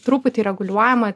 truputį reguliuojama